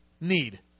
need